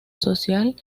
social